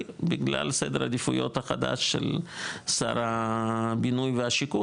בגלל סדר עדיפויות החדש של שר הבינוי והשיכון.